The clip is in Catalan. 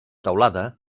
teulada